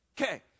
Okay